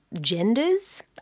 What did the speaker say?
genders